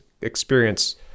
experience